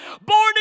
born